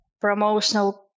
promotional